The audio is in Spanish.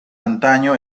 antaño